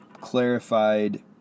clarified